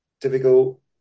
difficult